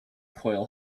coil